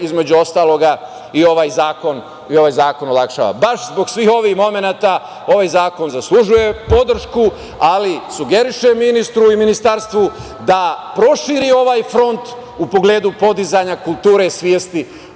između ostalog, i ovaj zakon olakšava. Baš zbog svih ovih momenata, ovaj zakon zaslužuje podršku, ali sugerišem ministru i ministarstvu da proširi ovaj front u pogledu podizanja kulture svesti